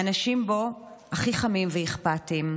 האנשים שבו הכי חמים ואכפתיים,